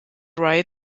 ride